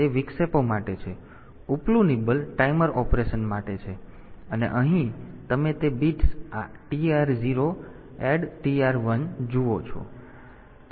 તેથી તે વિક્ષેપો માટે છે અને ઉપલું નિબલ ટાઈમર ઓપરેશન માટે છે અને અહીં તમે તે બિટ્સ TR 0 એડ TR 1 જુઓ છો